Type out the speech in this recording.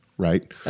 Right